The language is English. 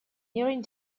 nearing